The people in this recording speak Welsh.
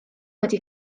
wedi